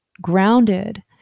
grounded